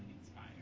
inspired